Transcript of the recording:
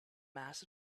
mass